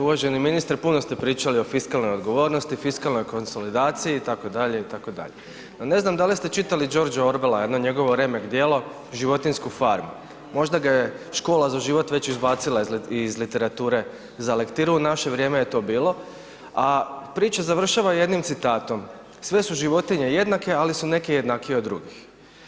Uvaženi ministre, puno ste pričali o fiskalnoj odgovornosti, fiskalnoj konsolidaciji itd., itd., no ne znam da li ste čitali Georgea Orwella jedno njegovo remek djelo „Životinjsku farmu“, možda ga je Škola za život već izbacila iz literature za lektiru, u naše vrijeme je to bilo, a priča završava jednim citatom „Sve su životinje jednake, ali su neke jednakije od drugih“